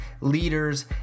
leaders